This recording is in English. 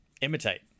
imitate